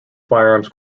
firearms